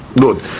Good